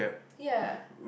ya